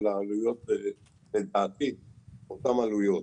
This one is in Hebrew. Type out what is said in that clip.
אבל העלויות לדעתי הן אותן עלויות.